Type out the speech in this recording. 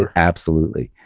ah absolutely.